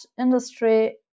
industry